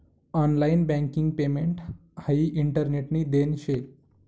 online banking payment हाई इंटरनेटनी देन शे